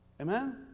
Amen